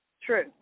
true